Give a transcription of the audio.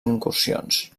incursions